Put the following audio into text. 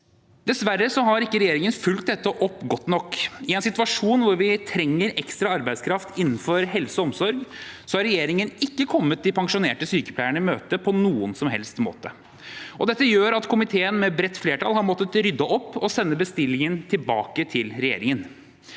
Dessverre har ikke regjeringen fulgt dette opp godt nok. I en situasjon hvor vi trenger ekstra arbeidskraft innenfor helse og omsorg, har regjeringen ikke kommet de pensjonerte sykepleierne i møte på noen som helst måte. Det gjør at komiteen, med et bredt flertall, har måttet rydde opp og sende bestillingen tilbake til regjeringen.